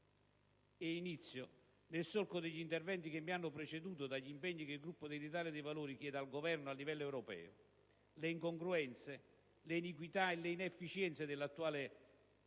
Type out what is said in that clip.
e inizio, nel solco degli interventi che mi hanno preceduto, dagli impegni che il Gruppo dell'Italia dei Valori chiede al Governo a livello europeo. Le incongruenze, le iniquità e le inefficienze dell'attuale